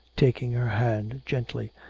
taking her hand gently,